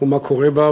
ומה קורה בה,